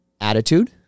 Attitude